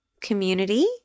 community